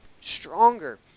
stronger